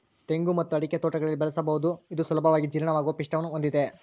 ತೆಂಗು ಮತ್ತು ಅಡಿಕೆ ತೋಟಗಳಲ್ಲಿ ಬೆಳೆಸಬಹುದು ಇದು ಸುಲಭವಾಗಿ ಜೀರ್ಣವಾಗುವ ಪಿಷ್ಟವನ್ನು ಹೊಂದಿದೆ